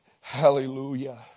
Hallelujah